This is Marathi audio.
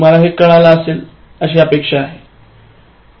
तुम्हाला हे समजले असेल अशी अशा आहे